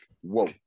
whoa